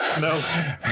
No